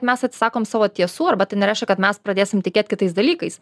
mes atsisakom savo tiesų arba tai nereiškia kad mes pradėsim tikėt kitais dalykais